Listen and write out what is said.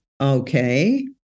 okay